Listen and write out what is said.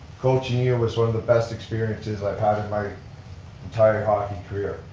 coaching here was one of the best experiences i've had in my entire hockey career.